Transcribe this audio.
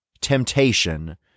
temptation